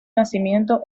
nacimiento